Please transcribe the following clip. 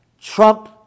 Trump